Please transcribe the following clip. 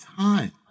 time